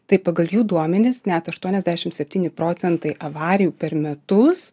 tai pagal jų duomenis net aštuoniasdešim septyni procentai avarijų per metus